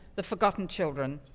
the forgotten children,